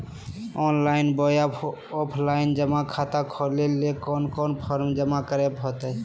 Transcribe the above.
Online बोया offline जमा खाता खोले ले कोन कोन फॉर्म जमा करे होते?